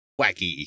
wacky